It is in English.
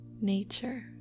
nature